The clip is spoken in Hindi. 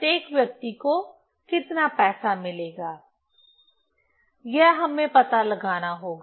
प्रत्येक व्यक्ति को कितना पैसा मिलेगा यह हमें पता लगाना होगा